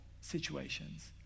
situations